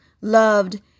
loved